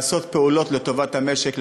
לעשות פעולות לטובת המשק,